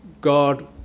God